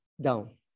down